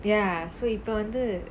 ya so இப்போ வந்து:ippo vanthu